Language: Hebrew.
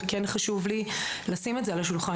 וכן חשוב לי לשים את זה על השולחן.